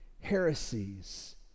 heresies